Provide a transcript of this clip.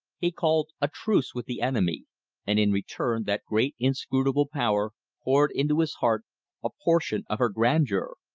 he called a truce with the enemy and in return that great inscrutable power poured into his heart a portion of her grandeur.